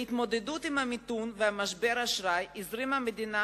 בהתמודדות עם המיתון ומשבר האשראי הזרימה המדינה